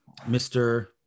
Mr